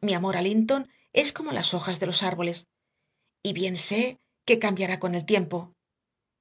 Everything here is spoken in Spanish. mi amor a linton es como las hojas de los árboles y bien sé que cambiará con el tiempo